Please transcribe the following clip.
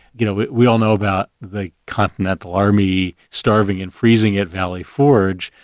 you know, we all know about the continental army starving and freezing at valley forge.